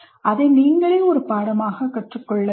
அதை நீங்களே ஒரு பாடமாகக் கற்றுக்கொள்ள வேண்டும்